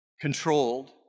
controlled